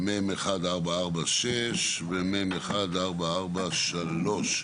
מ/1446 ו- מ/1443.